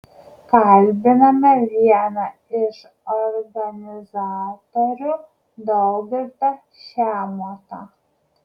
kalbiname vieną iš organizatorių daugirdą šemiotą